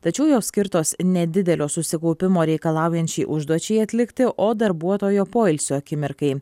tačiau jos skirtos nedidelio susikaupimo reikalaujančiai užduočiai atlikti o darbuotojo poilsio akimirkai